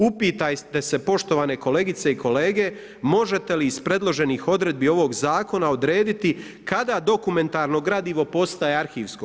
Upitajte se poštovane kolegice i kolege možete li iz predloženih odredbi ovog Zakona odrediti kada dokumentarno gradivo postaje arhivsko?